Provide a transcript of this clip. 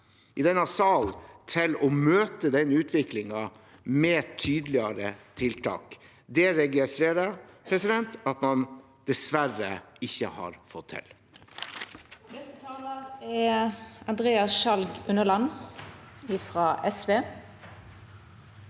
i denne salen til å møte den utviklingen med tydeligere tiltak. Det registrerer jeg at man dessverre ikke har fått til.